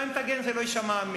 גם אם תגן, זה לא יישמע אמין,